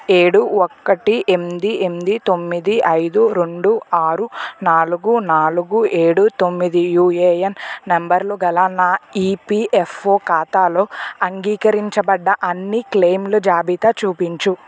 ఏడు ఒకటి ఎనిమిది ఎనిమిది తొమ్మిది ఐదు రెండు ఆరు నాలుగు నాలుగు ఏడు తొమ్మిది యూఏన్ నంబర్లు గల నా ఈపీఎఫ్ఓ ఖాతాలో అంగీకరించబడ్డ అన్ని క్లెముల జాబితా చూపించు